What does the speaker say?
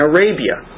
Arabia